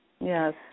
Yes